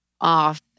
off